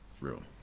room